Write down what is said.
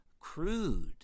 crude